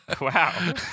Wow